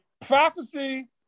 prophecy